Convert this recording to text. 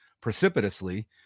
precipitously